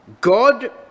God